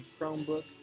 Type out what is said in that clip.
Chromebook